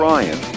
Ryan